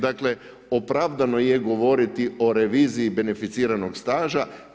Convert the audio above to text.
Dakle, opravdano je govoriti o reviziji beneficiranog staža.